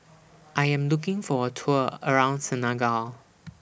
I Am looking For A Tour around Senegal